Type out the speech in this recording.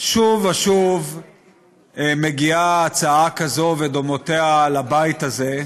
שוב ושוב מגיעה הצעה כזאת, ודומותיה, לבית הזה,